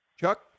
Chuck